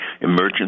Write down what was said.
emergence